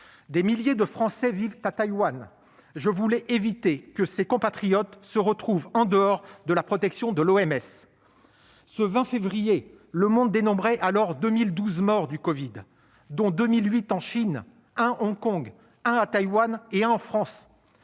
Des milliers de Français vivent à Taïwan ; je voulais éviter que ces compatriotes se retrouvent en dehors de la protection de l'OMS. Ce 20 février, le monde dénombrait alors 2 012 morts du covid, dont 2 008 en Chine, un à Hong Kong, un à Taïwan et un en France.